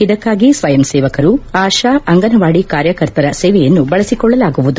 ಇದಕ್ಕಾಗಿ ಸ್ವಯಂ ಸೇವಕರು ಆಶಾ ಅಂಗನವಾದಿ ಕಾರ್ಯಕರ್ತರ ಸೇವೆಯನ್ನು ಬಳಸಿಕೊಳ್ಳಲಾಗುವುದು